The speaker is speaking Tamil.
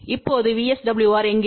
இப்போது VSWR எங்கே